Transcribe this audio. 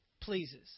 pleases